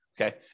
okay